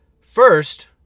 First